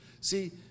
See